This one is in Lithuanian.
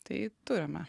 tai turime